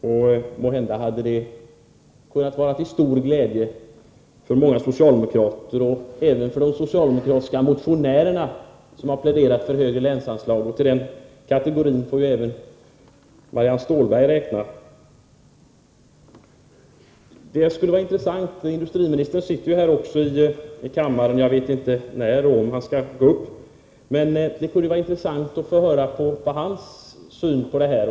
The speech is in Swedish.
Måhända hade det kunnat vara till stor glädje för många socialdemokrater — också för de socialdemokratiska motionärer som har pläderat för högre länsanslag. Till den kategorin får även Marianne Stålberg räknas. Industriministern sitter här i kammaren. Jag vet inte när eller om han skall gå uppitalarstolen, men det kunde vara intressant att höra hans syn på denna fråga.